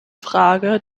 frage